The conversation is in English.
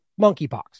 monkeypox